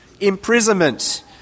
imprisonment